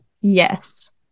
yes